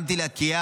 שמתי לי כיעד